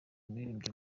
umuririmbyi